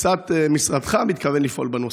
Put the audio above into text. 2. וכיצד משרדך מתכוון לפעול בנושא?